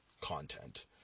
content